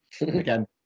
Again